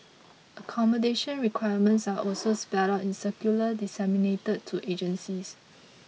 accommodation requirements are also spelt out in circulars disseminated to agencies